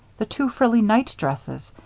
the two frilly night-dresses,